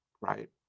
Right